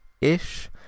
ish